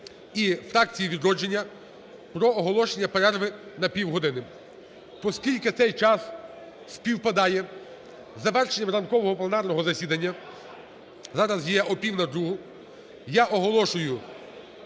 і фракції "Відродження" – про оголошення перерви на півгодини. Оскільки цей час співпадає з завершенням ранкового пленарного засідання, зараз єопів на другу, я оголошую